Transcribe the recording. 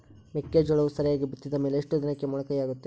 ಮೆಕ್ಕೆಜೋಳವು ಸರಿಯಾಗಿ ಬಿತ್ತಿದ ಮೇಲೆ ಎಷ್ಟು ದಿನಕ್ಕೆ ಮೊಳಕೆಯಾಗುತ್ತೆ?